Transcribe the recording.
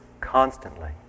constantly